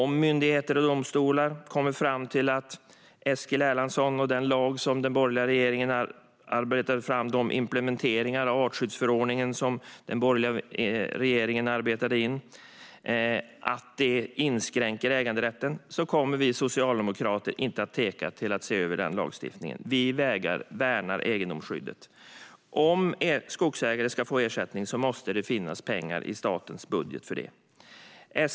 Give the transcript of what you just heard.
Om myndigheter och domstolar kommer fram till att Eskil Erlandsson och den lag som den borgerliga regeringen arbetade fram när det gäller implementeringen av artskyddsförordningen inskränker äganderätten kommer vi socialdemokrater inte att tveka att se över lagstiftningen. Vi värnar egendomsskyddet. Om skogsägare ska få ersättning måste det finnas pengar i statens budget för det.